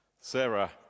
Sarah